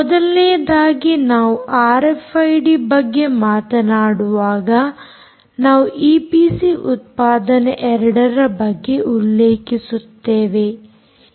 ಮೊದಲನೆದಾಗಿ ನಾವು ಆರ್ಎಫ್ಐಡಿ ಬಗ್ಗೆ ಮಾತನಾಡುವಾಗ ನಾವು ಈಪಿಸಿ ಉತ್ಪಾದನೆ 2 ರ ಬಗ್ಗೆ ಉಲ್ಲೇಖಿಸುತ್ತೇವೆ